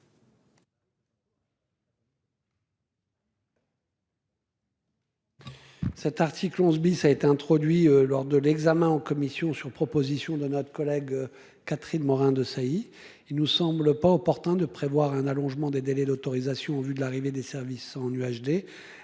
Cet article 11 a été introduit lors de l'examen du texte en commission, sur proposition de notre collègue Catherine Morin-Desailly. Il ne nous semble pas opportun de prévoir un allongement des délais d'autorisation en vue de l'arrivée des services en